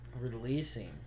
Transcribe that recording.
Releasing